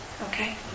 Okay